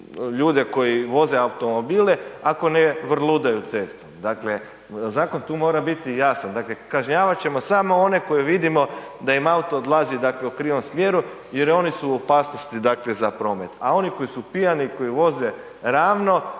ljude koji voze automobile ako ne vrludaju cestom, dakle zakon tu mora biti jasan, dakle kažnjavat ćemo samo one koje vidimo da im auto odlazi dakle u krivom smjeru jer oni su u opasnosti dakle za promet, a oni koji su pijani i koji voze ravno